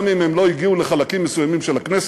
גם אם הם לא הגיעו לחלקים מסוימים של הכנסת.